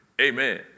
Amen